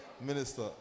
minister